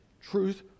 truth